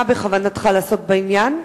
מה בכוונתך לעשות בעניין?